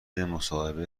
مصاحبه